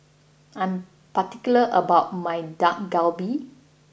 I am particular about my Dak Galbi